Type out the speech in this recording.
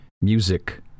music